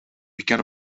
began